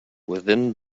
within